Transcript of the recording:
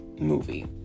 movie